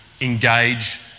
engage